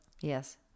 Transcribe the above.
Yes